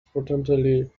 potentially